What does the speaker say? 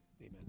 Amen